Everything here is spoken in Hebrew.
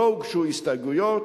לא הוגשו הסתייגויות.